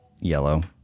yellow